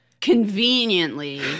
conveniently